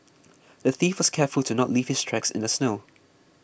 the thief was careful to not leave his tracks in the snow